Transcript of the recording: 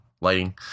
lighting